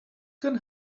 can